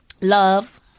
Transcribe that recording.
Love